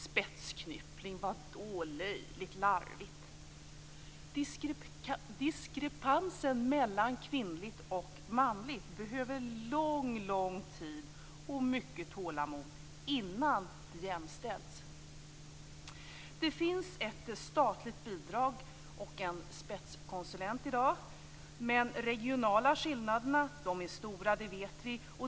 Spetsknyppling - vad då? Löjligt! Larvigt! Diskrepansen mellan kvinnligt och manligt behöver lång tid och mycket tålamod innan jämställdhet uppnås. Det finns i dag ett statligt bidrag och en spetskonsulent, men de regionala skillnaderna är stora, det vet vi.